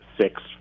six